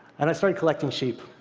and i started collecting sheep.